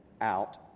out